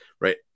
Right